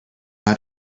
not